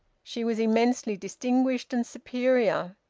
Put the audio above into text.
she was immensely distinguished and superior.